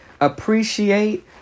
appreciate